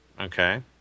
Okay